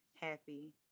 happy